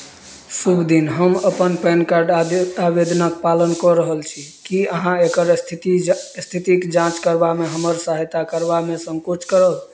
शुभ दिन हम अपन पैन कार्ड आदे आवेदनक पालन कऽ रहल छी की अहाँ एकर स्थिति जँ स्थितिक जाँच करबामे हमर सहायता करबामे संकोच करब